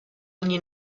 ogni